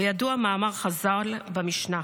וידוע מאמר חז"ל במשנה: